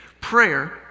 prayer